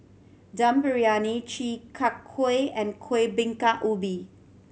Dum Briyani Chi Kak Kuih and Kuih Bingka Ubi